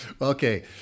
Okay